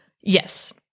Yes